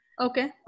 Okay